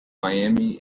miami